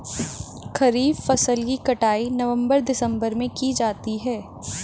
खरीफ फसल की कटाई नवंबर दिसंबर में की जाती है